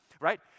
right